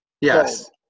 yes